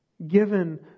given